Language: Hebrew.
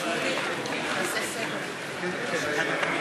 (מחיאות כפיים) זהו,